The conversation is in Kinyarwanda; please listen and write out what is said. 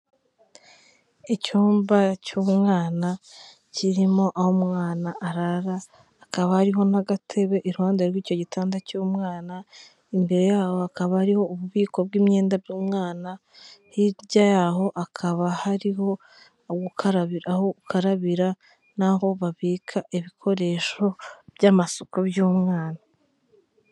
Icyumba cy'umwana kirimo aho umwana arara akaba hariho n'agatebe iruhande rw'icyo gitanda cy'umwana, imbere yaho hakaba hari ububiko bw'imyenda by'umwana, hirya yaho akaba hariho aho gukarabira aho ukarabira, n'aho babika ibikoresho by'amasuku by'umwana.